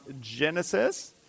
Genesis